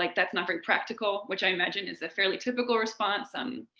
like that's not very practical, which i imagine is a fairly typical response. um,